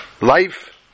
Life